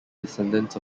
descendants